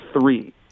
three